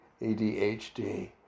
ADHD